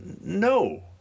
no